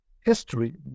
history